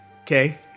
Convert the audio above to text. okay